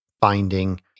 finding